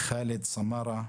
חאלד סמארה